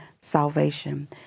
salvation